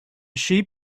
sheep